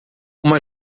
uma